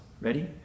Ready